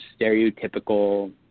stereotypical